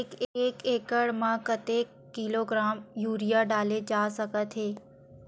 एक एकड़ म कतेक किलोग्राम यूरिया डाले जा सकत हे?